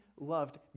loved